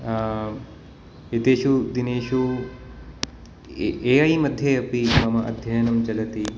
एतेषु दिनेषु ए ए ऐ मध्ये अपि मम अध्ययनं चलति